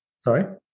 sorry